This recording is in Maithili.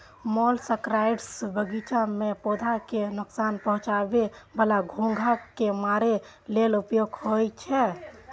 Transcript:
मोलस्कसाइड्स बगीचा मे पौधा कें नोकसान पहुंचाबै बला घोंघा कें मारै लेल उपयोग होइ छै